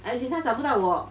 as in 他找不到我